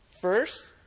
first